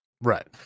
right